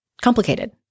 complicated